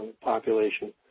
population